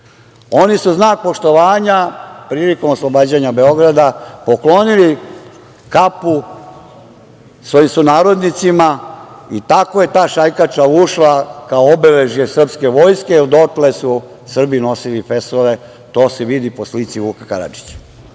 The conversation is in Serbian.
Oni su u znak poštovanja prilikom oslobađanja Beograda poklonili kapu svojim sunarodnicima i tako je ta šajkača ušla kao obeležje srpske vojske, jer dotle su Srbi nosili fesove. To se vidi po slici Vuka Karadžića. Danas